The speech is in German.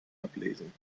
ablesen